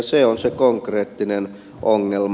se on se konkreettinen ongelma